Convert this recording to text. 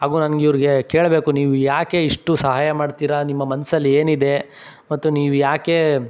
ಹಾಗೂ ನನಗೆ ಇವರಿಗೆ ಕೇಳಬೇಕು ನೀವು ಯಾಕೆ ಇಷ್ಟು ಸಹಾಯ ಮಾಡ್ತೀರಾ ನಿಮ್ಮ ಮನ್ಸಲ್ಲಿ ಏನಿದೆ ಮತ್ತು ನೀವ್ಯಾಕೆ